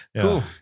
Cool